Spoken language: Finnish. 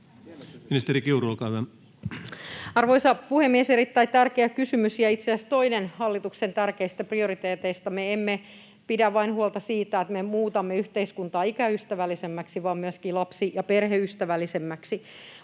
Arvoisa puhemies! Erittäin tärkeä kysymys ja itse asiassa toinen hallituksen tärkeistä prioriteeteista. Me emme pidä huolta vain siitä, että me muutamme yhteiskuntaa ikäystävällisemmäksi, vaan muutamme sitä myöskin lapsi‑ ja perheystävällisemmäksi.